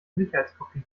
sicherheitskopie